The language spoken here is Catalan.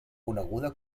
coneguda